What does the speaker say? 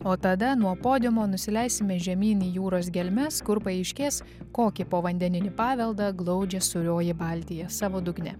o tada nuo podiumo nusileisime žemyn į jūros gelmes kur paaiškės kokį povandeninį paveldą glaudžia sūrioji baltija savo dugne